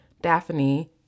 Daphne